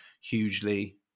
hugely